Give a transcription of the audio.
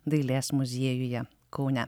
dailės muziejuje kaune